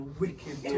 wicked